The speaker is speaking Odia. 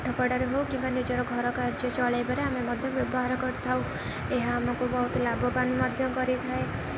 ପାଠପଢ଼ାରେ ହଉ କିମ୍ବା ନିଜର ଘର କାର୍ଯ୍ୟ ଚଳେଇବାରେ ଆମେ ମଧ୍ୟ ବ୍ୟବହାର କରିଥାଉ ଏହା ଆମକୁ ବହୁତ ଲାଭବାନ ମଧ୍ୟ କରିଥାଏ